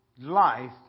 life